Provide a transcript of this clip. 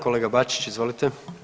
Kolega Bačić, izvolite.